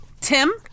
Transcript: Tim